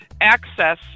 access